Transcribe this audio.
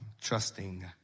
trusting